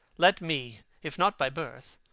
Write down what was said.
let me, if not by birth,